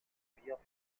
biens